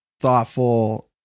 thoughtful